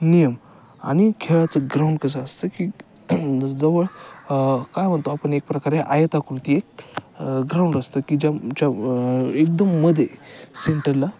नियम आणि खेळाचं ग्राउंड कसं असतं की जवळ काय म्हणतो आपण एक प्रकारे आयताकृती ग्राउंड असतं की ज्या ज्या एकदम मध्ये सेंटरला